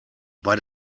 bei